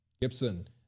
Gibson